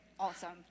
Awesome